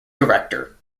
director